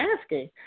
asking